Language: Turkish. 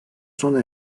sona